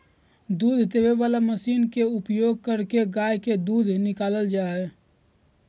दूध देबे वला मशीन के उपयोग करके गाय से दूध निकालल जा हइ